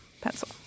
pencil